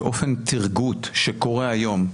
שאופן טרגוט שקורה היום,